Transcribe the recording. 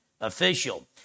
official